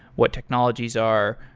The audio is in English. what technologies are,